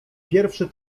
pierwszy